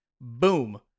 boom